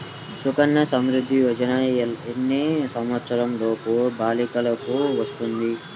సుకన్య సంవృధ్ది యోజన ఎన్ని సంవత్సరంలోపు బాలికలకు వస్తుంది?